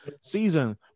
season